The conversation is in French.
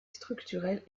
structurelle